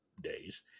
days